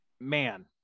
man